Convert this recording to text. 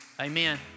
Amen